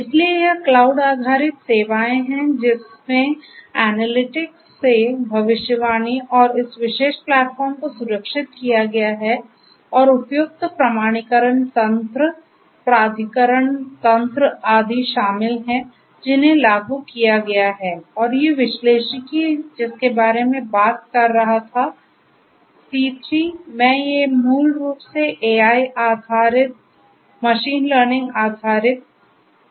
इसलिए यह क्लाउड आधारित सेवाएं हैं जिसमें एनालिटिक्स से भविष्यवाणी और इस विशेष प्लेटफ़ॉर्म को सुरक्षित किया गया है और उपयुक्त प्रमाणीकरण तंत्र प्राधिकरण तंत्र आदि शामिल हैं जिन्हें लागू किया गया है और ये विश्लेषिकी जिसके बारे में मैं बात कर रहा था सी 3 मैं ये मूल रूप से हैं AI आधारित मशीन लर्निंग आधारित विश्लेषिकी